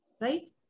right